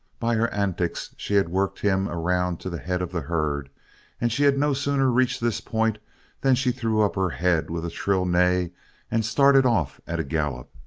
by her antics she had worked him around to the head of the herd and she had no sooner reached this point than she threw up her head with a shrill neigh and started off at a gallop.